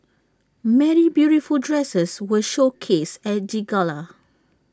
many beautiful dresses were showcased at the gala